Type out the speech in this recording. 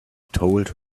told